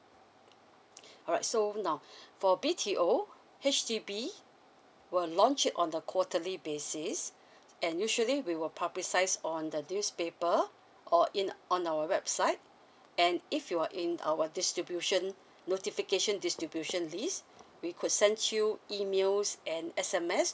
alright so now for B_T_O H_D_B will launch it on the quarterly basis and usually we will publicise on the newspaper or in on our website and if you are in our distribution notification distribution list we could send you emails and S_M_S